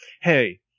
Hey